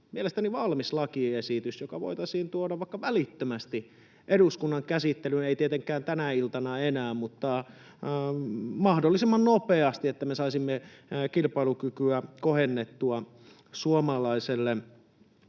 mielestäni valmis lakiesitys, joka voitaisiin tuoda vaikka välittömästi eduskunnan käsittelyyn — ei tietenkään tänä iltana enää mutta mahdollisimman nopeasti — että me saisimme kilpailukykyä kohennettua suomalaiselle